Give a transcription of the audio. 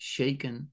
Shaken